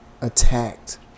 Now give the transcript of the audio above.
attacked